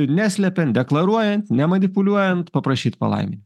neslepiant deklaruojant nemanipuliuojant paprašyt palaimin